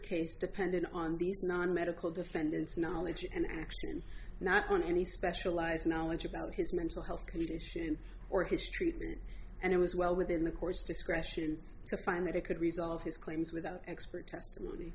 case depended on non medical defendants knowledge and experience not on any specialized knowledge about his mental health condition or history and it was well within the course discretion to find that they could resolve his claims without expert testimony